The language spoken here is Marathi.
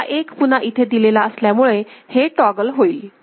हा एक पुन्हा इथे दिलेला असल्यामुळे हे टॉगल होईल